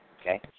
Okay